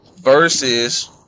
versus